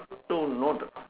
so note